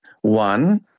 one